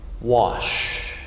washed